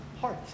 heart